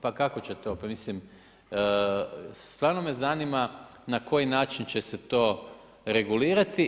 Pa kako će to, pa mislim, stvarno me zanima, na koji način će se to regulirati.